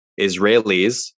Israelis